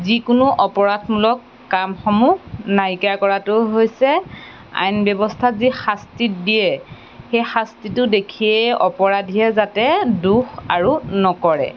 যিকোনো অপৰাধমূলক কামসমূহ নাইকিয়া কৰাটো হৈছে আইন ব্যৱস্থাত যি শাস্তি দিয়ে সেই শাস্তিটো দেখিয়েই অপৰাধিয়েই যাতে দোষ আৰু নকৰে